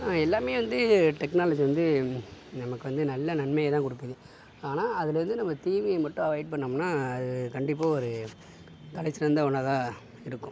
எல்லாமே வந்து இது டெக்னாலஜி வந்து எனக்கு வந்து நல்ல நன்மையை தான் கொடுக்குது ஆனால் அதில் இருந்து நம்ம தீமையை மட்டும் அவாய்ட் பண்ணோம்னா அது கண்டிப்பாக ஒரு தலைசிறந்த ஒன்னாக தான் இருக்கும்